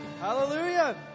Hallelujah